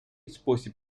спосіб